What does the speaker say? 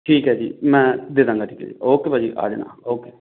ਠੀਕ ਹੈ ਜੀ ਮੈਂ ਦੇ ਦਾਂਗਾ ਠੀਕ ਹੈ ਜੀ ਓਕੇ ਭਾਅ ਜੀ ਆ ਜਾਣਾ ਓਕੇ